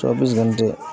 چوبیس گھنٹے